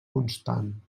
constant